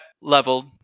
level